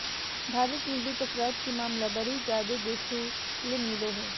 भारत मे वित्त अपराध के मामला बड़ी जादे देखे ले मिलो हय